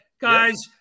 guys